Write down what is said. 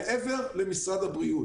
מעבר למשרד הבריאות.